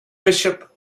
bishop